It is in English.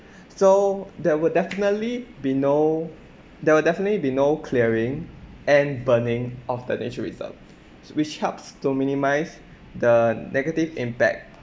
so that would definitely be no there will definitely be no clearing and burning of the nature reserve so which helps to minimise the negative impact